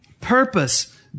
purpose